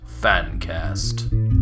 Fancast